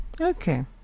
Okay